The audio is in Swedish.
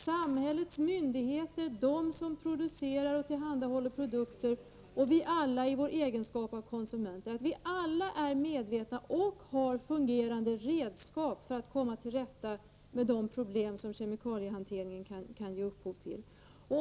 Samhällets myndigheter, de som producerar och tillhandahåller produkter och vi alla i vår egenskap av konsumenter måste vara medvetna och ha fungerande redskap för att komma till rätta med de problem som kemikaliehanteringen kan ge upphov till.